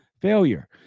failure